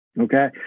Okay